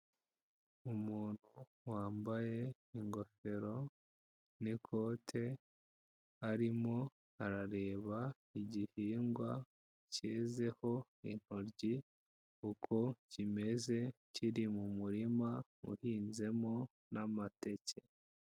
Umuntu wambaye ingofero n'ikote arimo arareba igihingwa cyezeho intoryi uko kimeze, kiri mu murima uhinzemo n'amateke.